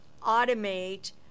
automate